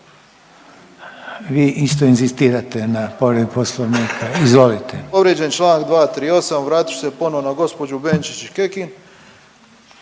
vi isto inzistirate na povredi Poslovnika? Izvolite.